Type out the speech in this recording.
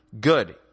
Good